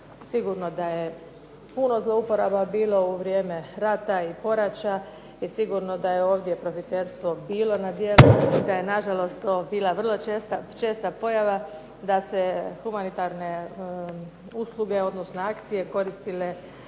sigurno da je puno zlouporaba bilo u vrijeme rata i poraća i sigurno da je ovdje profiterstvo bilo na djelu i da je nažalost to bila vrlo česta pojava da se humanitarne usluge, odnosno akcije, koristile